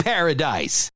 Paradise